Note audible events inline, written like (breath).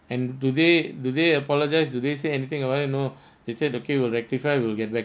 and do they do they apologise do they say anything about it no (breath) they said okay will rectify will get back